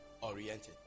oriented